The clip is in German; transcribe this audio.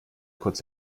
kurz